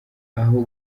aho